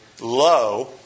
low